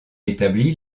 établie